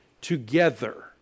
together